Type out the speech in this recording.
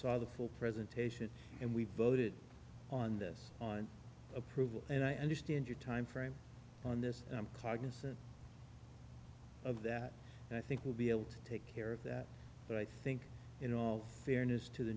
saw the full presentation and we voted on this on approval and i understand your time frame on this and i'm cognizant of that and i think we'll be able to take care of that but i think in all fairness to the